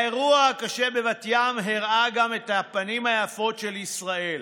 האירוע הקשה בבת ים הראה גם את הפנים היפות של ישראל.